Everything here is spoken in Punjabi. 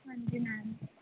ਹਾਂਜੀ ਮੈਮ